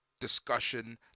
discussion